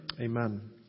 Amen